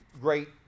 great